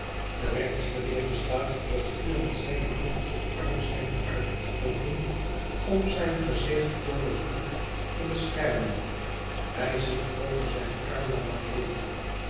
de rechtsgeleerde staat voor het vuur metzijnehand op armslengte uitgestoken om zijn gezicht voor den gloed te beschermen hij ziet over zijn arm naar mylady